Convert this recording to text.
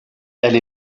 elle